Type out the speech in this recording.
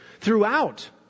throughout